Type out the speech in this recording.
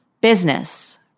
business